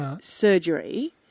surgery